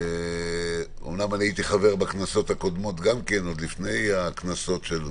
אמנם הייתי חבר בכנסות הקודמות עוד לפני הכנסות של הבחירות,